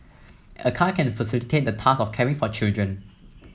a car can facilitate the task of caring for children